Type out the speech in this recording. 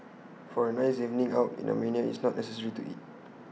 for A nice evening out in Armenia IT is not necessary to eat